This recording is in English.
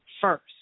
first